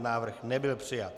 Návrh nebyl přijat.